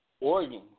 Oregon